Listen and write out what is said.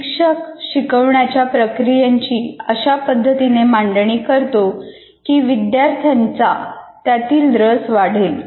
शिक्षक शिकवण्याच्या प्रक्रियांची अशा पद्धतीने मांडणी करतो की विद्यार्थ्यांचा त्यातील रस वाढेल